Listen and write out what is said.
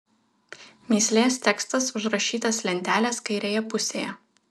mįslės tekstas užrašytas lentelės kairėje pusėje